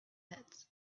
pits